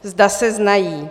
Zda se znají.